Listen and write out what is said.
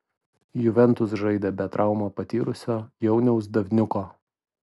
juventus žaidė be traumą patyrusio jauniaus davniuko